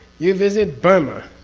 you visit burma,